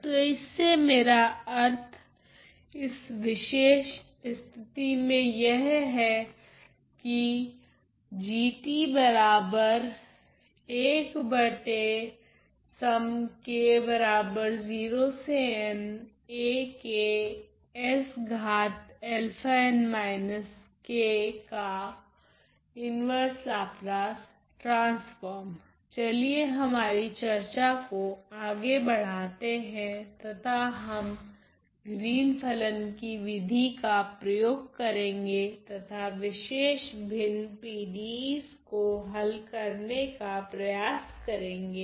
तो इससे मेरा अर्थ इस विशेष स्थिति में यह है कि चलिए हमारी चर्चा को आगे बढ़ाते है तथा हम ग्रीन फलन की विधि का प्रयोग करेगे तथा विशेष भिन्न PDE's को हल करने का प्रयास करेगे